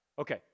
Okay